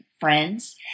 friends